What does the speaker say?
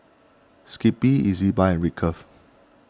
Skippy Ezbuy and